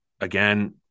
again